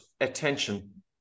attention